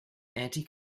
anti